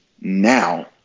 now